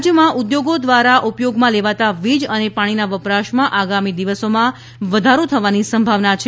રાજ્યમાં ઉદ્યોગો દ્વારા ઉપયોગમાં લેવાતા વીજ અને પાણીનાં વપરાશમાં આગામી દિવસોમાં વધારો થવાની સંભાવના છે